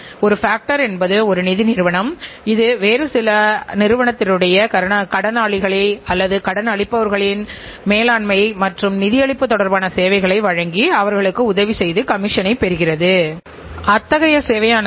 இது தொழிலாளரின் உறுதிபூண்ட செயலையும் நிறுவனத்தில் உள்ள உழைப்பாளரின் மனதில் அவர்களின் இலக்குஒற்றுமை மற்றும் வேலை உணர்வை எவ்வாறு உருவாக்குவது என்பதையும்வெவ்வேறு வழிகளில் காணலாம்